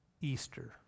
Easter